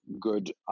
good